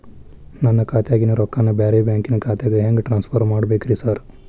ನನ್ನ ಖಾತ್ಯಾಗಿನ ರೊಕ್ಕಾನ ಬ್ಯಾರೆ ಬ್ಯಾಂಕಿನ ಖಾತೆಗೆ ಹೆಂಗ್ ಟ್ರಾನ್ಸ್ ಪರ್ ಮಾಡ್ಬೇಕ್ರಿ ಸಾರ್?